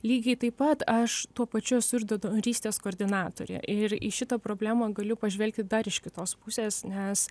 lygiai taip pat aš tuo pačiu esu ir donorystės koordinatorė ir į šitą problemą galiu pažvelgti dar iš kitos pusės nes